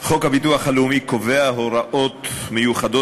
חוק הביטוח הלאומי קובע הוראות מיוחדות